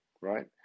right